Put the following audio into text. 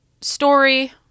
story